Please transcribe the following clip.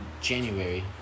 January